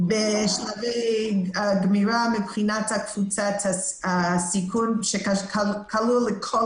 בשלבי גמירה מבחינת קבוצת הסיכון שכלול לכל